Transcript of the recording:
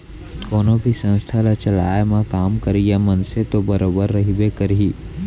कोनो भी संस्था ल चलाए म काम करइया मनसे तो बरोबर रहिबे करही